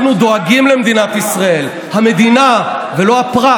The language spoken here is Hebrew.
אנחנו דואגים למדינת ישראל, המדינה ולא הפרט,